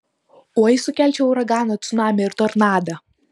oi sukelčiau uraganą cunamį ir tornadą